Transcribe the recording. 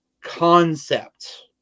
concept